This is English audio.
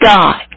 God